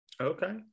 Okay